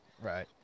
Right